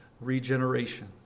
regeneration